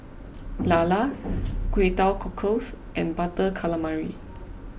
Lala Kway Teowc Cockles and Butter Calamari